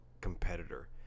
competitor